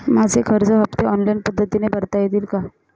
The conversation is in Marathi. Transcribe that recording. माझे कर्ज हफ्ते ऑनलाईन पद्धतीने भरता येतील का?